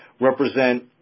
represent